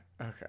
okay